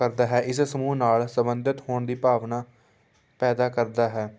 ਕਰਦਾ ਹੈ ਇਸ ਸਮੂਹ ਨਾਲ ਸੰਬੰਧਿਤ ਹੋਣ ਦੀ ਭਾਵਨਾ ਪੈਦਾ ਕਰਦਾ ਹੈ